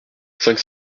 cinq